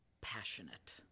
passionate